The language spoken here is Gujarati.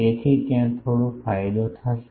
તેથી ત્યાં થોડો ફાયદો થશે